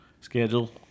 schedule